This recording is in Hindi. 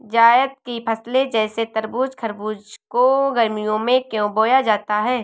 जायद की फसले जैसे तरबूज़ खरबूज को गर्मियों में क्यो बोया जाता है?